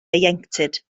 ieuenctid